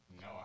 No